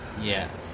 Yes